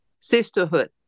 sisterhood